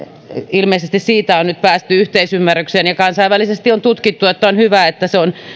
ilmeisesti siitä on nyt päästy yhteisymmärrykseen kansainvälisesti on tutkittu että on hyvä että se on